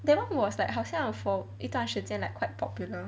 that [one] was like 好像 for 一段时间 like quite popular